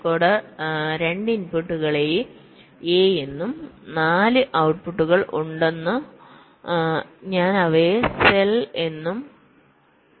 2 ഇൻപുട്ടുകളെ a എന്നും 4 ഔട്ട്പുട്ടുകൾ ഉണ്ടെന്നും ഞാൻ അവയെ സെൽ എന്ന് വിളിക്കുന്നു